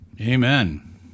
Amen